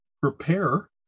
prepare